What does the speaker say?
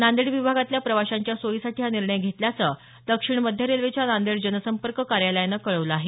नांदेड विभागातल्या प्रवाशांच्या सोयीसाठी हा निर्णय घेतल्याचं दक्षिण मध्य रेल्वेच्या नांदेड जनसंपर्क कार्यालयानं कळवलं आहे